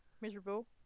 miserable